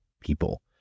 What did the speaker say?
people